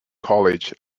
college